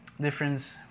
difference